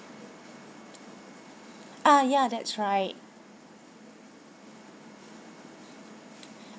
ah ya that's right